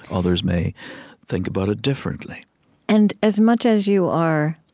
others may think about it differently and as much as you are,